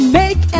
make